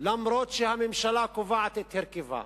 אף-על-פי שהממשלה קובעת את הרכבה,